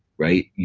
right?